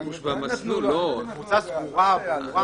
זו קבוצה סגורה, ברורה.